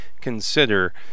consider